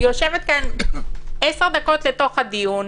אני יושבת כאן עשר דקות לתוך הדיון,